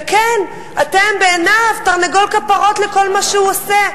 וכן, אתם בעיניו תרנגול כפרות לכל מה שהוא עושה.